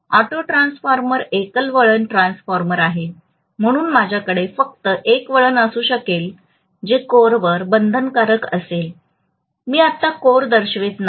auto transformer एकल वळण transformer आहे म्हणून माझ्याकडे फक्त एक वळण असू शकेल जे कोरवर बंधनकारक असेल मी आत्ता कोर दर्शवित नाही